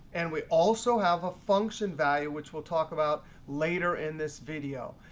and we also have a function value, which we'll talk about later in this video.